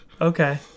Okay